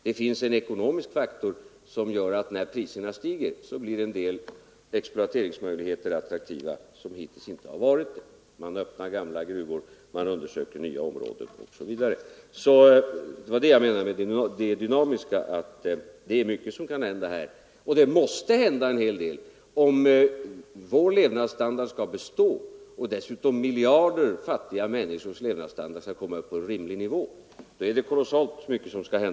Det finns en ekonomisk faktor som gör att när priserna stiger blir en del exploateringsmöjligheter attraktiva som hittills inte har varit det. Man öppnar gamla gruvor, man undersöker nya områden osv. Det var det jag menade när jag talade om det dynamiska. Här är det en hel del som kan hända, och det måste hända kolossalt mycket, om vår levnadsstandard skall bestå och dessutom miljarder fattiga människors levnadsstandard skall komma upp på rimlig nivå.